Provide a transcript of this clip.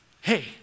Hey